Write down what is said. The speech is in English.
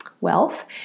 wealth